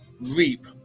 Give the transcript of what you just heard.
reap